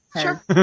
Sure